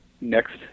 next